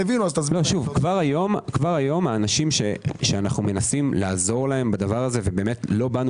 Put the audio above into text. כבר היום האנשים שאנו מנסים לעזור להם בדבר הזה ולא באנו